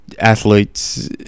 athletes